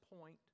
point